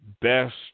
best